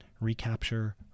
recapture